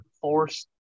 forced